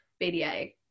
BDA